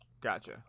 gotcha